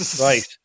Right